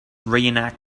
reenact